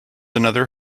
another